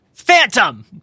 phantom